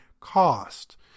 cost